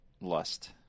lust